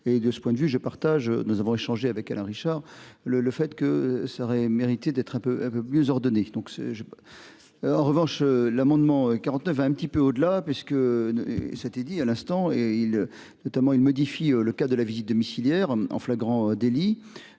et de ce point de vue je partage. Nous avons échangé avec Alain Richard le le fait que ça aurait mérité d'être un peu un peu mieux ordonné donc ce jeu. En revanche l'amendement 49 à un petit peu au-delà parce que. Ça a été dit à l'instant, est-il notamment il modifie le cas de la visite domiciliaire en flagrant délit.